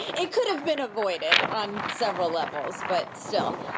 it could have been avoided, on several levels, but still